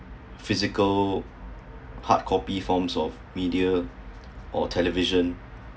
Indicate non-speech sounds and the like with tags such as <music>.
physical hard copy forms of media <breath> or television